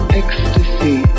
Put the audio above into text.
ecstasy